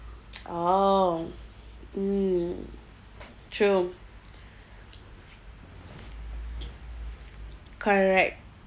oh mm true correct